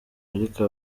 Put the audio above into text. ariko